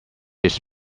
its